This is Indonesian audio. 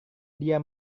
dia